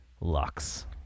Lux